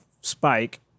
Spike